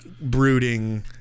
brooding